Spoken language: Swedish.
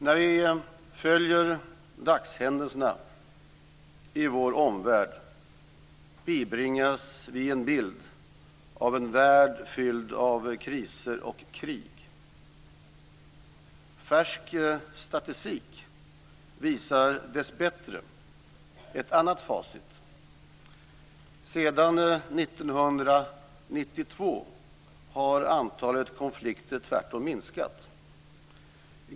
När vi följer dagshändelserna i vår omvärld bibringas vi en bild av en värld fylld av kriser och krig. Färsk statistik visar dessbättre ett annat facit. Sedan 1992 har antalet konflikter tvärtom minskat.